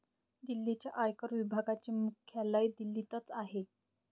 दिल्लीच्या आयकर विभागाचे मुख्यालय दिल्लीतच आहे